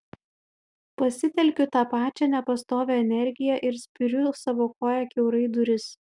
pasitelkiu tą pačią nepastovią energiją ir spiriu savo koja kiaurai duris